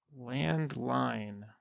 Landline